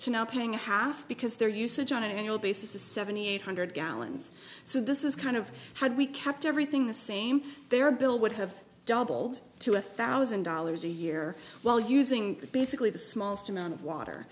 to now paying half because their usage on an annual basis is seventy eight hundred gallons so this is kind of how we kept everything the same their bill would have doubled to a thousand dollars a year while using basically the smallest amount of water